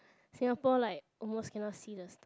Singapore like almost cannot see the st~